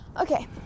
Okay